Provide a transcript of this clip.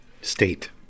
state